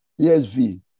ESV